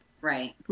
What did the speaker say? right